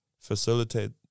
facilitate